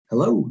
Hello